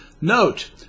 Note